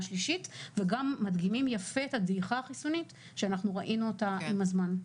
שלישית וגם מדגימים יפה את הדעיכה החיסונית שראינו אותה עם הזמן.